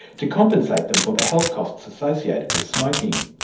to compensate them for the health costs associated with smoking.